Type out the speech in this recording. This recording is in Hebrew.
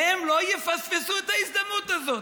והם לא יפספסו את ההזדמנות הזאת,